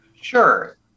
Sure